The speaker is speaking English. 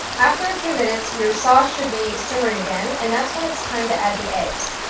after a few minutes, your sauce should be simmering again. and that's when it's time to add the eggs.